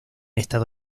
estado